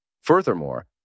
Furthermore